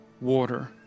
water